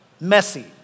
Messy